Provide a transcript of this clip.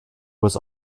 was